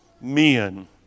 men